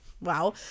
wow